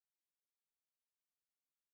me Ka-Ling Ka-Man